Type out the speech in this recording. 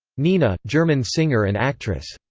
nena, german singer and actress.